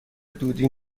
دودی